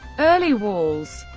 early walls